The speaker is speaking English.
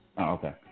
okay